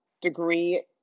degree